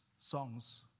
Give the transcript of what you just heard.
songs